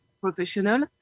professional